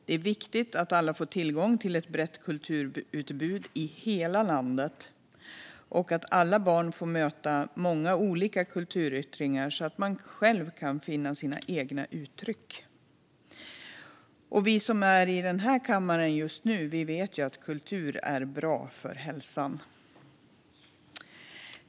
Det är viktigt att alla får tillgång till ett brett kulturutbud i hela landet och att alla barn får möta många olika kulturyttringar så att de kan finna sina egna uttryck. Vi som är i den här kammaren just nu vet också att kultur är bra för hälsan.